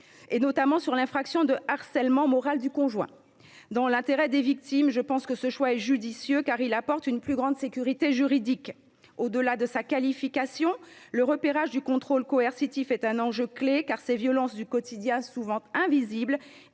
notamment sur l’infraction de harcèlement moral du conjoint. Dans l’intérêt des victimes, je pense que ce choix est judicieux, car il apporte une plus grande sécurité juridique. Au delà de sa qualification, le repérage du contrôle coercitif est un enjeu clé, car ces violences du quotidien, souvent invisibles,